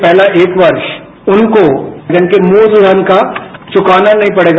पहला एक वर्ष उनको जिनके मूल धन का चुकाना नहीं पड़ेगा